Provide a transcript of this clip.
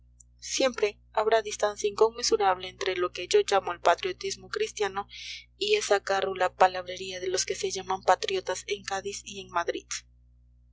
siempre habrá distancia inconmensurable entre lo que yo llamo el patriotismo cristiano y esa gárrula palabrería de los que se llaman patriotas en cádiz y en madrid